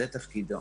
זה תפקידו.